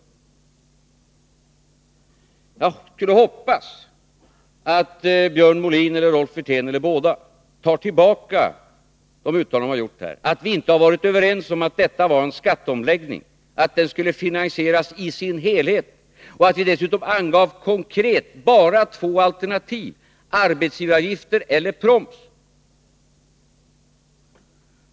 Jag hoppas nu att Björn Molin eller Rolf Wirtén eller båda tar tillbaka de uttalanden de har gjort här om att vi inte har varit överens om att detta var en skatteomläggning, att den skulle finansieras i sin helhet och att vi dessutom konkret angav att det bara fanns två alternativ, arbetsgivaravgift eller proms.